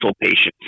patients